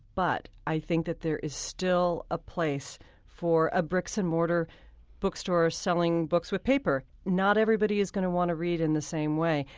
but i think that there is still a place for a bricks-and-mortar bookstore selling books with paper. not everybody is going to want to read in the same way.